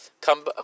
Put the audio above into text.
Come